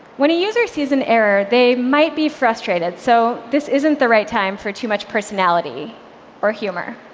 when a user sees an error, they might be frustrated, so this isn't the right time for too much personality or humor.